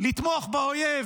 לתמוך באויב